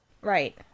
Right